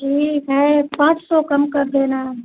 ठीक है पाँच सौ कम कर देना